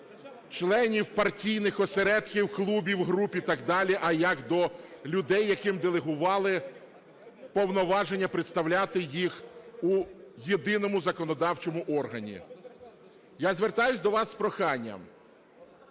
членів партійних осередків, клубів, груп і так далі, а як до людей, яким делегували повноваження представляти їх у єдиному законодавчому органі. Я звертаюся до вас з проханням